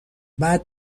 بعد